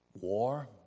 War